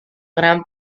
gran